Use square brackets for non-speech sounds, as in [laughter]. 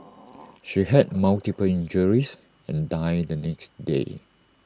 [noise] she had multiple injuries and died the next day